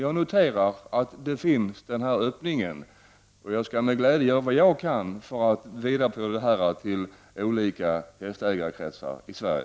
Jag noterar att denna öppning finns. Jag skall med glädje göra vad jag kan för att vidarebefordra detta till olika hästägarkretsar i Sverige.